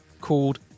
called